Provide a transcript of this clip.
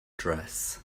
address